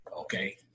okay